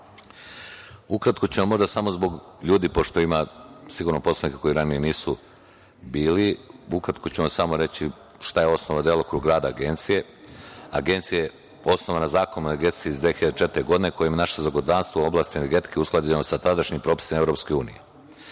ću, samo zbog ljudi, pošto ima sigurno poslanika koji ranije nisu bili, ukratko ću vam samo reći šta je osnova delokruga rada Agencije. Agencija je osnovana Zakonom o energetici iz 2004. godine, kojim je naše zakonodavstvo u oblasti energetiku usklađeno sa tadašnjim propisima Evropske